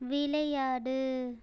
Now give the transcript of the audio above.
விளையாடு